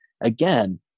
again